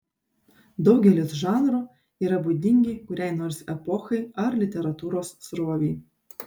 daugelis žanrų yra būdingi kuriai nors epochai ar literatūros srovei